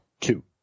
Two